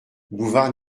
bouvard